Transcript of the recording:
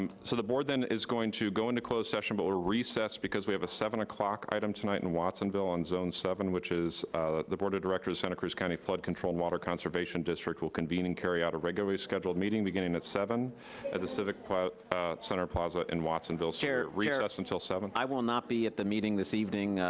so the board, then, is going to go into closed session, but we'll recess because we have a seven o'clock item tonight in watsonville on zone seven, which is the board of directors of santa cruz county flood control water conservation district will convene and carry out a regularly scheduled meeting beginning at seven at the civic center plaza in watsonville. chair, chair. recess until seven. i will not be at the meeting this evening.